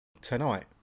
tonight